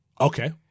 Okay